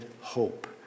hope